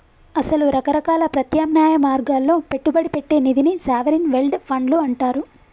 అసలు రకరకాల ప్రత్యామ్నాయ మార్గాల్లో పెట్టుబడి పెట్టే నిధిని సావరిన్ వెల్డ్ ఫండ్లు అంటారు